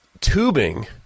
tubing